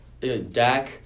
Dak